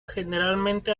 generalmente